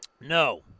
No